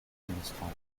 administrator